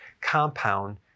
compound